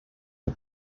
amb